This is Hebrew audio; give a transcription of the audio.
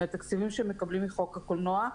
מהתקציבים שהם מקבלים מחוק הקולנוע.